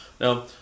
Now